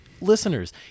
listeners